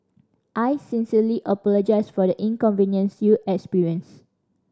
I sincerely apologise for the inconvenience you experienced